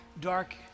dark